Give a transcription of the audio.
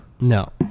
No